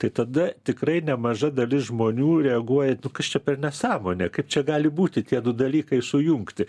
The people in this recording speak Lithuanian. tai tada tikrai nemaža dalis žmonių reaguoja kas čia per nesąmonė kaip čia gali būti tie du dalykai sujungti